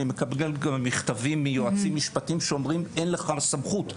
אני מקבל גם מכתבים מיועצים משפטיים שאומרים אין לך סמכות.